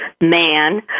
man